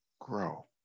Grow